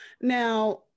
Now